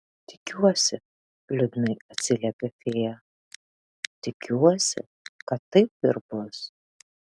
tikiuosi liūdnai atsiliepė fėja tikiuosi kad taip ir bus